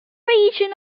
reign